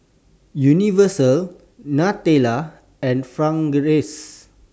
Universal Nutella and Fragrance